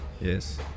Yes